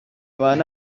van